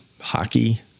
hockey